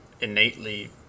innately